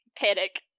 panic